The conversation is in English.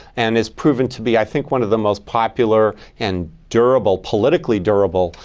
and is proven to be, i think, one of the most popular and durable, politically durable,